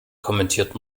kommentiert